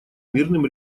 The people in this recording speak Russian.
мирным